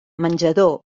menjador